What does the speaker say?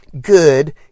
good